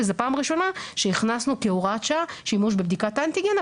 וזאת פעם ראשונה שהכנסנו כהוראת שעה שימוש בבדיקת אנטיגן.